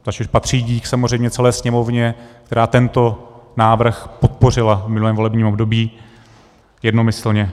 Tady patří dík samozřejmě celé Sněmovně, která tento návrh podpořila v minulém volebním období jednomyslně.